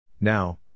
Now